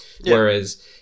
Whereas